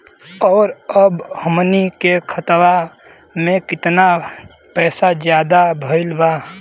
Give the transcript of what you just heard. और अब हमनी के खतावा में कितना पैसा ज्यादा भईल बा?